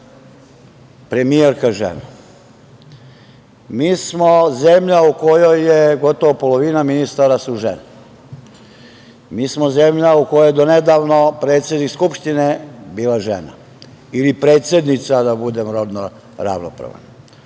premijerka žena, mi smo zemlja u kojoj su gotovo polovina ministara žene, mi smo zemlja u kojoj je donedavno predsednik Skupština bila žena ili predsednica da budem rodno ravnopravan,